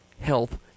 health